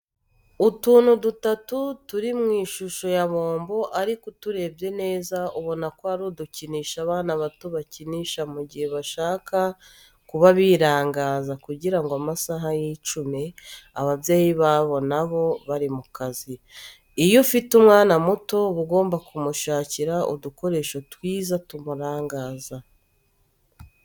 Utuntu dutatu turi mu ishusho ya bombo ariko uturebye neza ubona ko ari udukinisho abana bato bakinisha mu gihe bashaka kuba birangaza kugira amasaha yicume, ababyeyi babo nabo bari mu kazi. Iyo ufite umwana muto uba ugomba kumushakira udukoresho twiza tumurangaza.